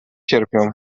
cierpią